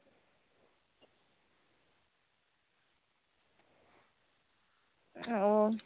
ᱚ